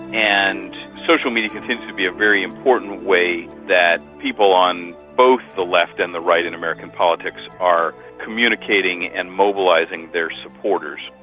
and social media continues to be a very important way that people on both the left and the right in american politics are communicating and mobilising their supporters.